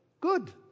Good